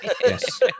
Yes